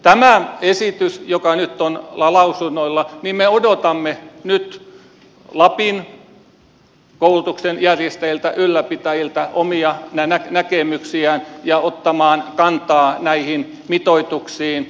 tästä esityksestä joka nyt on lausunnoilla me odotamme lapin koulutuksen järjestäjiltä ylläpitäjiltä heidän omia näkemyksiään ja sitä että ottavat kantaa näihin mitoituksiin